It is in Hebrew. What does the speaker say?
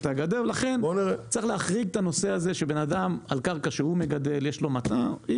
לכן צריך להחריג את הנושא הזה שבן אדם על קרקע שהוא מגדל יש לו מטרה.